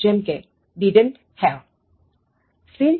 જેમ કે Didn't have